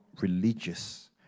religious